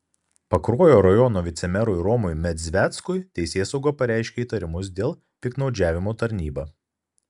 pakruojo rajono vicemerui romui medzveckui teisėsauga pareiškė įtarimus dėl piktnaudžiavimo tarnyba